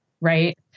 Right